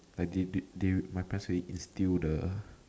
I did it my friend say he steal the